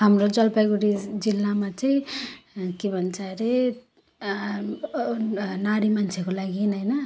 हाम्रो जलपाइगुडी जिल्लामा चाहिँ के भन्छ अरे नारी मान्छेको लागि हैन